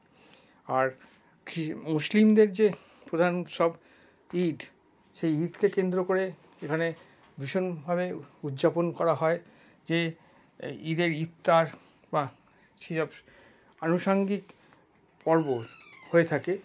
আর মুসলিমদের যে প্রধান উৎসব ঈদ সেই ঈদকে কেন্দ্র করে এখানে ভীষণভাবে উদযাপন করা হয় যে ঈদের ইফতার বা সেসব আনুষঙ্গিক পর্ব হয়ে থাকে